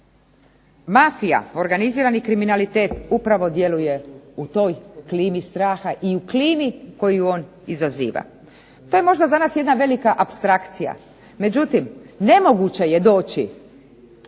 mafija, organizirani kriminalitet upravo djeluje u toj klimi straha i u klimi koju on izaziva. To je možda za nas jedna velika apstrakcija, međutim nemoguće je doći